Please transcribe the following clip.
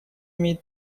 имеет